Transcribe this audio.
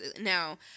now